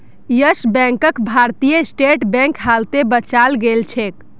yes बैंकक भारतीय state bank हालते बचाल गेलछेक